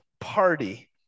party